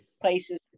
places